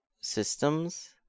systems